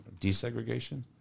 desegregation